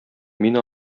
мин